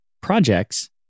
projects